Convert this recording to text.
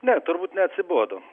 ne turbūt neatsibodo